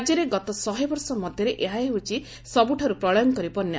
ରାଜ୍ୟରେ ଗତ ଶହେ ବର୍ଷ ମଧ୍ୟରେ ଏହା ହେଉଛି ସବୁଠାରୁ ପ୍ରଳୟଙ୍କରୀ ବନ୍ୟା